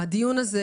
הדיון הזה